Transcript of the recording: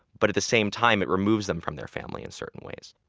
but at the same time, it removes them from their family in certain ways